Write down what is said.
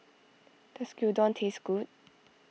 does Gyudon taste good